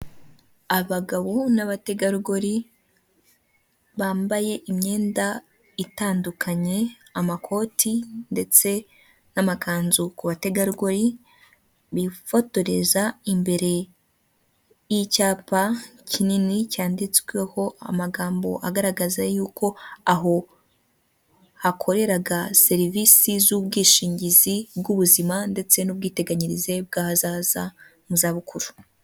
Abagabo n'abategarugori bambaye imyenda itandukanye amakoti ndetse n'amakanzu, ku bategarugori bifotoreza imbere y'icyapa kinini cyanditsweho amagambo agaragaza yuko aho hakoreraga serivisi z'ubwishingizi bw'ubuzima ndetse n'ubwiteganyirize bw'ahazaza mu za bukuru.